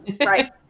right